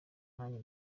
nanjye